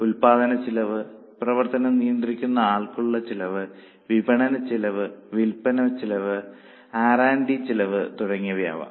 ഉൽപ്പാദനച്ചെലവ് പ്രവർത്തനം നിയന്ത്രിക്കുന്ന ആൾക്കുള്ള ചെലവ് വിപണന ചെലവ് വിൽപനച്ചെലവ് ആർ ഡി R D ചെലവ് തുടങ്ങിയവയാകാം